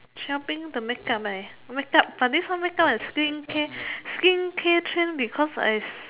shopping the make up I make up but this one make up and skincare skincare trend because I